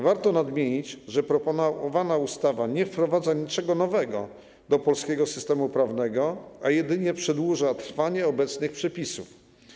Warto nadmienić, że proponowana ustawa nie wprowadza niczego nowego do polskiego systemu prawnego, a jedynie przedłuża trwanie obecnych przepisów.